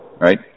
right